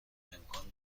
امکان